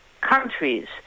countries